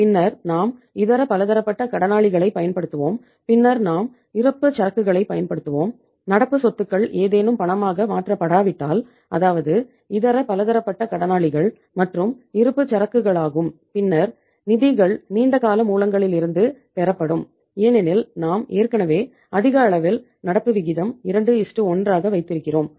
பின்னர் நாம் இதர பலதரப்பட்ட கடனாளர்களைப் பயன்படுத்துவோம் பின்னர் நாம் இருப்புச்சரக்குகளைப் பயன்படுத்துகிறோம் நடப்பு சொத்துக்கள் ஏதேனும் பணமாக மாற்றப்படாவிட்டால் அதாவது இதர பலதரப்பட்ட கடனாளிகள் மற்றும் இருப்புச்சரக்குகளாகும் பின்னர் நிதிகள் நீண்ட கால மூலங்களிலிருந்து பெறப்படும் ஏனெனில் நாம் ஏற்கனவே அதிக அளவில் நடப்பு விகிதம் 21 ஆக வைத்திருக்கிறோம்